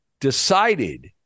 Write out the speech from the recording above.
decided